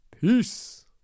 Peace